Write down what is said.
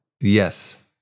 Yes